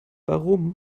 warum